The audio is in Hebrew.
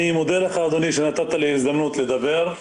אני מודה לך אדוני שנתת לי הזדמנות לדבר.